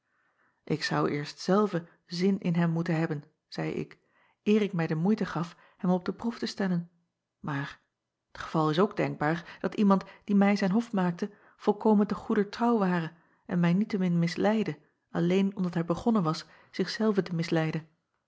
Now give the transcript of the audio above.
k zou eerst zelve zin in hem moeten hebben zeî ik eer ik mij de moeite gaf hem op de proef te stellen maar t geval is ook denkbaar dat iemand die mij zijn hof maakte volkomen te goeder trouwe ware en mij niet-te-min misleidde alleen omdat hij begonnen was zich zelven te misleiden